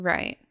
Right